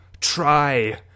Try